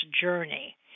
journey